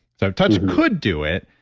so touch could do it,